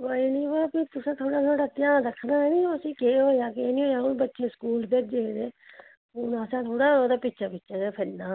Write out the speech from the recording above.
तुसें थोह्ड़ा साढ़ा ध्यान रक्खना नी की उसी केह् होएया केह् नेईं बच्चे स्कूल भेजे दे ते असें थोह्ड़े ना ओह्दे पिच्छें पिच्छें गै फिरना